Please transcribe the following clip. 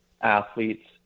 athletes